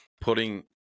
putting